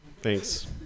thanks